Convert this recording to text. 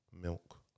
milk